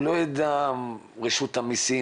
הוא לא יודע לגבי רשות המסים,